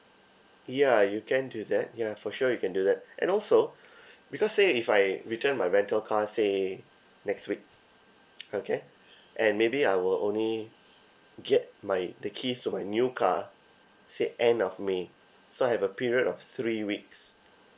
ya you can do that ya for sure you can do that and also because say if I return my rental car say next week okay and maybe I will only get my the keys to my new car say end of may so I have a period of three weeks